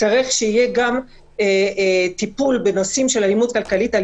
צריך שיהיה גם טיפול בנושאים של אלימות כלכלית על